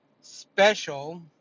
special